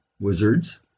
wizards